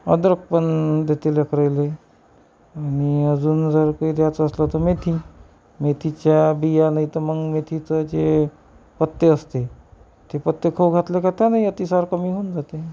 अद्रक पण देते लेकराला अजून जर काही द्यायचं असलं तर मेथी मेथीच्या बिया नाही तर मग मेथीचं जे पत्ते असते ते पत्ते खाऊ घातलं का त्यानंही अतिसार कमी होऊन जाते